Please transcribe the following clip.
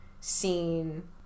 scene